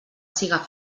siga